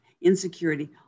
insecurity